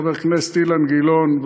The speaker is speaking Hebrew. חבר הכנסת אילן גילאון,